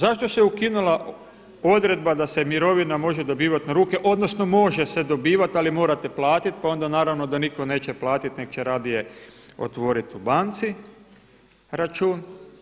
Zašto se ukinula odredba da se mirovina može dobivati na ruke, odnosno može se dobivati ali morate platiti, pa onda naravno da nitko neće platiti nego će radije otvoriti u banci račun?